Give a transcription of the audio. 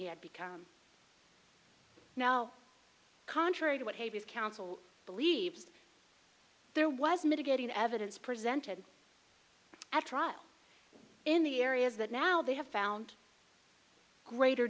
had become now contrary to what a view of counsel believed there was mitigating evidence presented at trial in the areas that now they have found greater